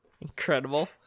Incredible